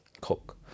cook